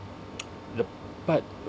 the part